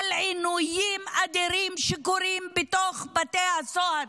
על עינויים אדירים שקורים בתוך בתי הסוהר,